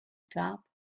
top